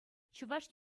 чӑваш